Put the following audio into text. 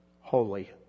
holy